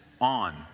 on